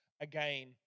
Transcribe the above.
again